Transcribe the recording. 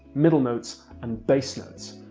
middle notes and base notes.